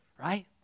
Right